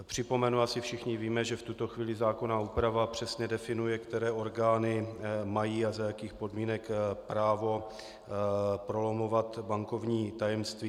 Připomenu, asi všichni víme, že v tuto chvíli zákonná úprava přesně definuje, které orgány a za jakých podmínek mají, právo prolamovat bankovní tajemství.